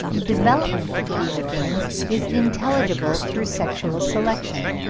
the development of these organs is intelligible through sexual selection,